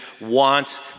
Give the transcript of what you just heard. want